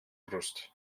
brust